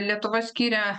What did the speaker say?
lietuva skiria